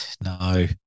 no